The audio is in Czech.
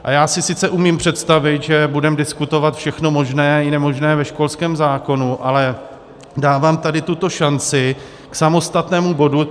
A já si sice umím představit, že budeme diskutovat všechno možné i nemožné ve školském zákonu, ale dávám tady tuto šanci k samostatnému bodu.